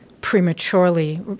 prematurely